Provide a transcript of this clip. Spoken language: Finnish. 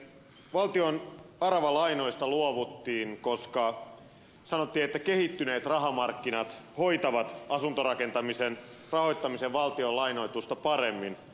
valtion aravalainoista luovuttiin koska sanottiin että kehittyneet rahamarkkinat hoitavat asuntorakentamisen rahoittamisen valtion lainoitusta paremmin